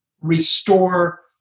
restore